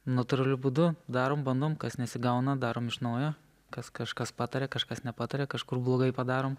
natūraliu būdu darom bandom kas nesigauna darom iš naujo kas kažkas patarė kažkas nepataria kažkur blogai padarom